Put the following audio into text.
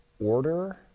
order